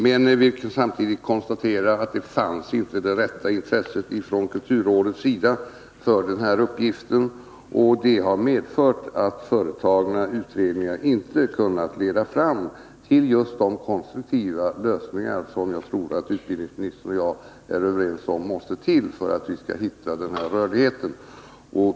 Man kan emellertid konstatera att statens kulturråd inte hade det rätta intresset för uppgiften, vilket har medfört att utredningarna inte har kunnat leda fram till de konstruktiva lösningar som måste till — det tror jag att utbildningsministern och jag är överens om — för att vi skall kunna få den önskade rörligheten.